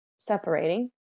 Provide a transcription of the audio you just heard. separating